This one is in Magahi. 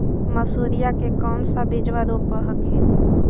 मसुरिया के कौन सा बिजबा रोप हखिन?